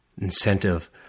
Incentive